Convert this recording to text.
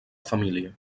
família